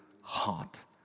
heart